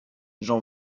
jean